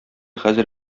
хәзер